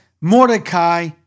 Mordecai